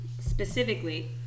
specifically